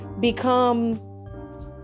become